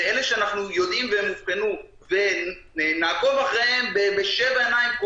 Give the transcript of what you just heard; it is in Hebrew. באלה שאנחנו יודעים והם אובחנו ונעקוב אחריהם בשבע עיניים,